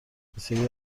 بسیاری